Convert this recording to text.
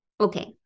Okay